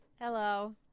hello